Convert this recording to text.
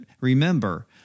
remember